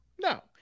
No